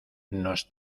nos